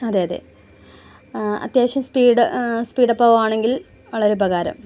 അതെ അതെ അത്യാവശ്യം സ്പീഡ് സ്പീഡപ്പാവാണെങ്കിൽ വളരെ ഉപകാരം